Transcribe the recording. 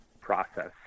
process